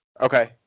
Okay